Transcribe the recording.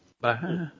Bye